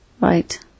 Right